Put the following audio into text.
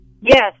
Yes